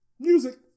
Music